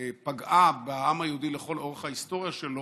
שפגעה בעם היהודי לכל אורך ההיסטוריה שלו,